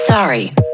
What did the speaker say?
Sorry